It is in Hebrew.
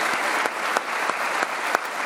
בהתאם להוראת סעיף